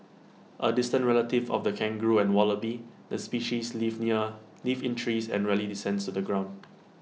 A distant relative of the kangaroo and wallaby the species lives in A lives in trees and rarely descends the ground